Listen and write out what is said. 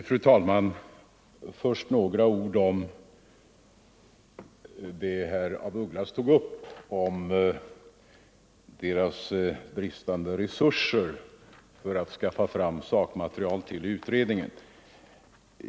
Fru talman! Först några ord om det som herr af Ugglas tog upp om moderaternas bristande resurser för att skaffa fram sakmaterial till utredningen.